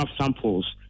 samples